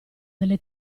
delle